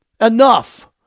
Enough